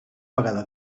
vegada